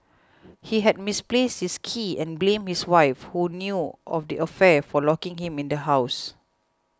he had misplaced his keys and blamed his wife who knew of the affair for locking him in the house